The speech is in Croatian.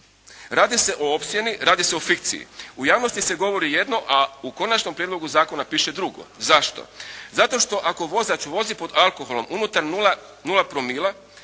se./ … radi se o fikciji. U javnosti se govori jedno, a u konačnom prijedlogu zakona piše drugo. Zašto? Zato što ako vozač vozi pod alkoholom unutar 0,0